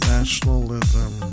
Nationalism